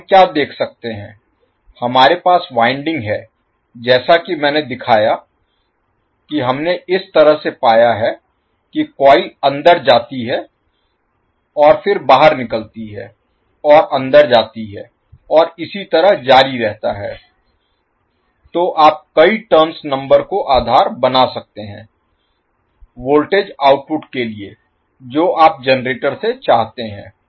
तो हम क्या देख सकते हैं हमारे पास वाइंडिंग है जैसा कि मैंने दिखाया कि हमने इस तरह से पाया है कि कॉइल अंदर जाती है और फिर बाहर निकलती है और अंदर जाती है और इसी तरह जारी रहता है तो आप कई टर्न्स नंबर को आधार बना सकते हैं वोल्टेज आउटपुट के लिए जो आप जनरेटर से चाहते हैं